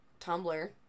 Tumblr